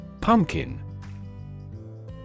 Pumpkin